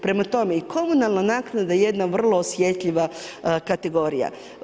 Prema tome i komunalna naknada je jedna vrlo osjetljiva kategorija.